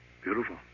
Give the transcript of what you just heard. Beautiful